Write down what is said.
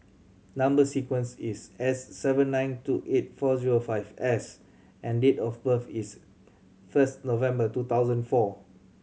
number sequence is S seven nine two eight four zero five S and date of birth is first November two thousand four